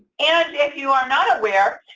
and if you are not aware,